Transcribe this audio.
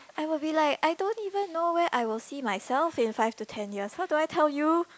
I will be like I don't even know where I was see myself in five to ten years how do I tell you